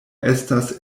estas